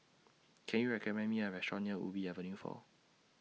Can YOU recommend Me A Restaurant near Ubi Avenue four